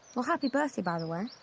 oh, happy birthday, by the way,